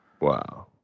Wow